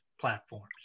platforms